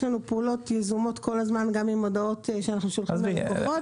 יש לנו פעולות יזומות כל הזמן גם עם הודעות שאנחנו שולחים ללקוחות.